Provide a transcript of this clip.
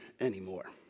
anymore